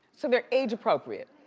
so they're age appropriate.